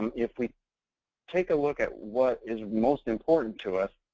if we take a look at what is most important to us,